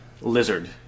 lizard